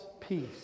peace